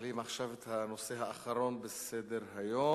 מעלים עכשיו את הנושא האחרון בסדר-היום,